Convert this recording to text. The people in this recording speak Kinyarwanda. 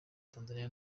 tanzania